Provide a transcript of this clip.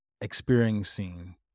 experiencing